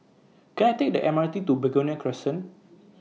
Can I Take The M R T to Begonia Crescent